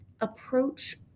approach